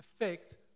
effect